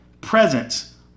presence